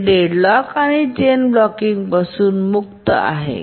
हे डेडलॉक आणि चेन ब्लॉकिंगपासून मुक्त आहे